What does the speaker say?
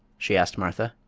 she asked martha.